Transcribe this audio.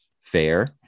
fair